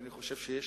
ואני חושב שיש